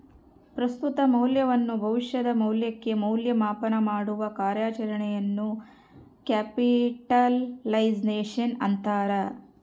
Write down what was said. ಪ್ರಸ್ತುತ ಮೌಲ್ಯವನ್ನು ಭವಿಷ್ಯದ ಮೌಲ್ಯಕ್ಕೆ ಮೌಲ್ಯ ಮಾಪನಮಾಡುವ ಕಾರ್ಯಾಚರಣೆಯನ್ನು ಕ್ಯಾಪಿಟಲೈಸೇಶನ್ ಅಂತಾರ